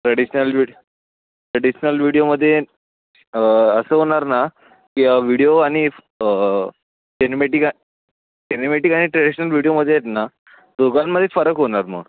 traditional video traditional विडियोमध्ये असं होणार ना की विडियो आणि फ् सेनोमेटिका सिनेमेटिक आणि ट्रेडिशनल विडियोमध्ये आहेत ना दोघांमध्ये फरक होणार मग